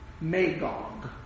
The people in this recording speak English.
Magog